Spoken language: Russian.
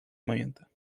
момента